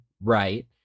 right